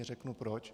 Řeknu proč.